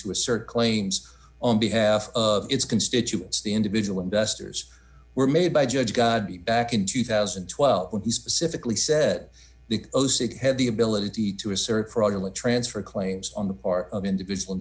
to assert claims on behalf of its constituents the individual investors were made by judge god be back in two thousand and twelve when he specifically said that they had the ability to assert fraudulent transfer claims on the part of individual